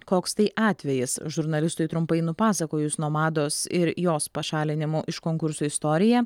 koks tai atvejis žurnalistui trumpai nupasakojus nomados ir jos pašalinimų iš konkurso istoriją